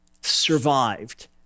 survived